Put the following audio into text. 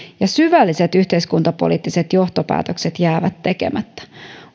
ja syvälliset yhteiskuntapoliittiset johtopäätökset jäävät tekemättä